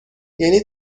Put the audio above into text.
یعنی